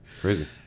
Crazy